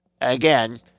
Again